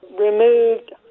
removed